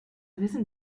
wissen